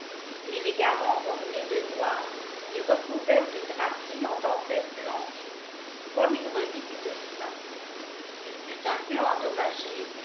élégamment orné de noir et recouvert d'une draperie en dentelle blanche comme une relique de saint il fut un peu endommagé